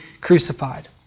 crucified